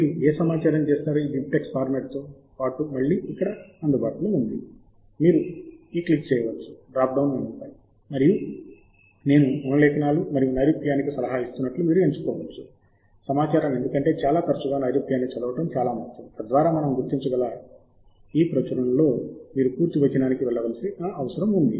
మీరు ఏ సమాచారం చేస్తారు ఈ బిబ్టెక్స్ ఫార్మాట్తో పాటు మళ్ళీ ఇక్కడ అందుబాటులో ఉంది మీరు ఈక్లిక్ చేయవచ్చు డ్రాప్ డౌన్ మెనుపై మరియు నేను అనులేఖనాలు మరియు నైరూప్యానికి సలహా ఇస్తున్నట్లు మీరు ఎంచుకోవచ్చు సమాచారం ఎందుకంటే చాలా తరచుగా నైరూప్యాన్ని చదవడం చాలా ముఖ్యం తద్వారా మనం గుర్తించగలం ఈ ప్రచురణలలో మీరు పూర్తి వచనానికి వెళ్లవలసిన అవసరం ఉంది